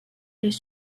les